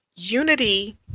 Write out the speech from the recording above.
Unity